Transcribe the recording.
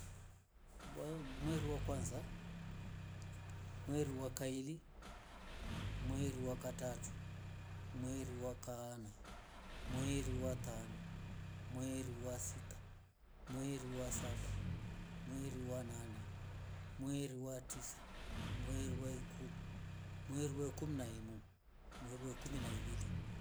vaya umwerua kwanza, mweru wa kaili, mweru wa katatu, mweru wa kaana, mweri wa tano, mweri wa sita, mweri wa saba, mweri wa nane, mweri wa tisa, mweri wa ikumi, mweru wa ikumi na imo, mweru we kumi na ivili.